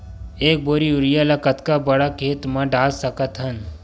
एक बोरी यूरिया ल कतका बड़ा खेत म डाल सकत हन?